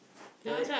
like that